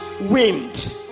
wind